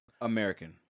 American